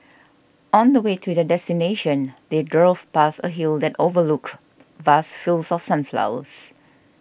on the way to their destination they grove past a hill that overlooked vast fields of sunflowers